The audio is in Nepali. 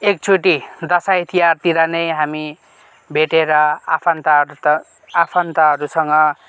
एकचोटि दसैँ तिहारतिर नै हामी भेटेर आफान्तहरू त आफान्तहरूसँग